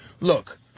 look